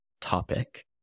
topic